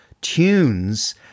tunes